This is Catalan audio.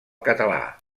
català